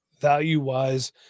value-wise